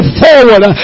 forward